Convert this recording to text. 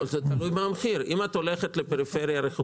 זה תלוי מה המחיר ואם את הולכת לפריפריה רחוקה יותר.